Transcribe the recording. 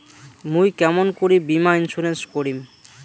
মুই কেমন করি বীমা ইন্সুরেন্স করিম?